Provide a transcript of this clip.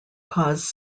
cause